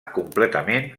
completament